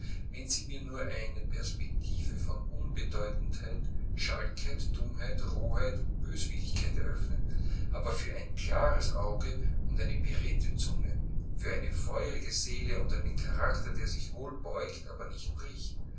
wenn sie mir nur eine perspektive von unbedeutendheit schalkheit dummheit roheit und böswilligkeit eröffnen aber für ein klares auge und eine beredte zunge für eine feurige seele und einen charakter der sich wohl beugt aber nicht